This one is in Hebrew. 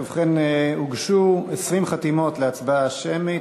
ובכן, הוגשו 20 חתימות להצבעה שמית.